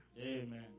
Amen